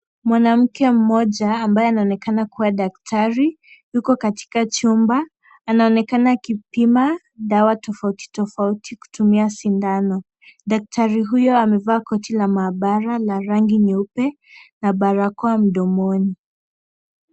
Mwanamke mmoja ambaye anaonekana kuwa daktari yuko katika chumba, anaonekana akipima dawa tofauti tofauti kutumia sindano, daktari huyo amevaa koti la mahabara la rangi nyeupe na barakoa mdomoni.